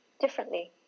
differently